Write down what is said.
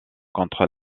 contre